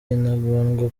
intagondwa